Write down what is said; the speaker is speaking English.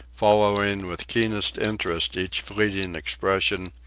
following with keenest interest each fleeting expression,